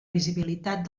visibilitat